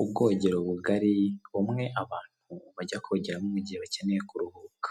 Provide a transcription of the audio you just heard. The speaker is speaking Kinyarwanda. ubwogero bugari bumwe abantu bajya kogeramo mu mugihe bakeneye kuruhuka.